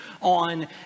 on